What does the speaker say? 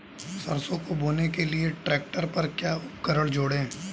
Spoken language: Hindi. सरसों को बोने के लिये ट्रैक्टर पर क्या उपकरण जोड़ें?